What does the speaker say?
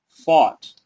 Fought